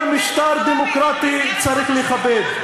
שכל משטר דמוקרטי צריך לכבד.